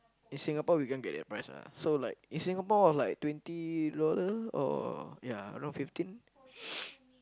in Singapore we can't get that price lah so like in Singapore like twenty dollar or ya around fifteen